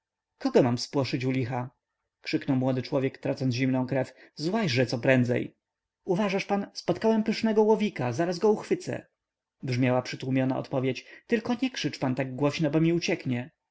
kogo mam spłoszyć u licha krzyknął młody człowiek tracąc zimną krew złaźże coprędzej uważasz pan spotkałem pysznego łowika zaraz go uchwycę brzmiała przytłumiona odpowiedź tylko nie krzycz pan tak głośno bo mi ucieknie